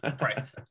Right